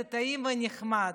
זה טעים ונחמד,